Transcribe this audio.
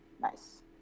Nice